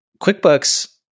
QuickBooks